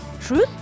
Truth